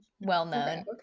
well-known